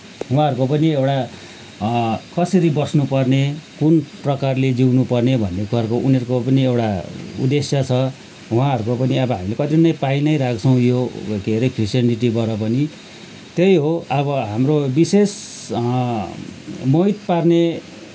उहाँहरूको पनि एउटा कसरी बस्नुपर्ने कुन प्रकारले जिउनुपर्ने भन्ने पर्व उनीहरूको पनि एउटा उद्देश्य छ उहाँहरूको पनि अब हामीले कति नै पाइनै रहेको छौँ यो के अरे क्रिस्च्यनिटीबाट पनि त्यही हो अब हाम्रो विशेष मोहित पार्ने